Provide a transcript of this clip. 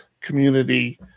community